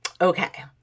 okay